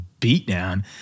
beatdown